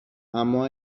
اما